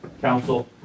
counsel